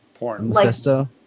Manifesto